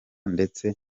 ndetse